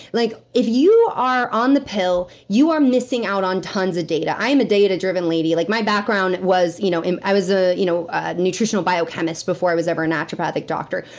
like if you are on the pill you are missing out on tons of data. i'm a data driven lady. like my background was you know in. i was ah you know a nutritional biochemist, before i was ever a naturopathic doctor,